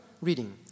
Reading